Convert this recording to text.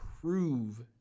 prove